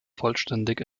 vollständig